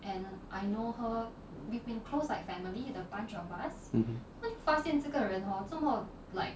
mmhmm